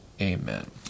Amen